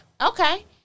Okay